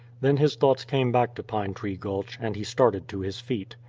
then his thoughts came back to pine tree gulch, and he started to his feet.